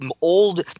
old